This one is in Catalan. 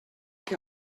que